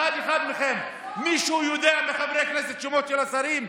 אם אני אשאל אחד-אחד מכם אם מישהו מחברי הכנסת יודע את השמות של השרים.